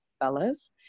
fellas